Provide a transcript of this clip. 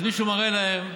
אז מישהו מראה להם: